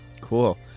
Cool